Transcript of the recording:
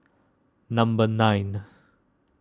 number nine